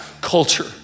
culture